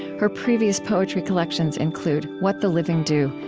her previous poetry collections include what the living do,